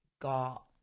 got